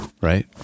right